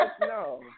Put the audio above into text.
no